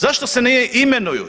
Zašto se ne imenuju?